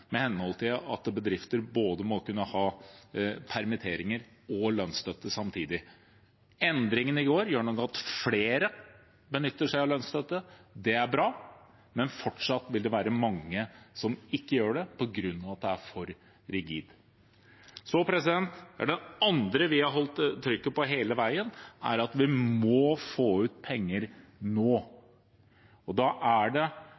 at flere benytter seg av lønnsstøtte, det er bra, men fortsatt vil det være mange som ikke gjør det på grunn av at den er for rigid. Det andre vi har holdt trykket på hele veien, er at vi må få ut penger nå. Da er det